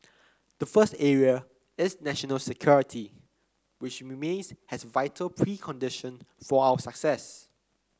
the first area is national security which remains has vital precondition for our success